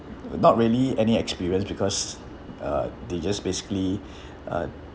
not really any experience because uh they just basically uh